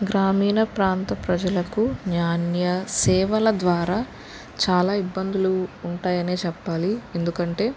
గ్రామీణ ప్రాంత ప్రజలకు న్యాయ సేవల ద్వారా చాలా ఇబ్బందులు ఉంటాయని చెప్పాలి ఎందుకంటే